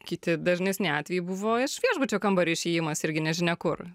kiti dažnesni atvejai buvo iš viešbučio kambario išėjimas irgi nežinia kur